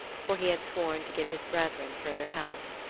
for he had sworn to give his brethren further help.